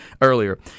earlier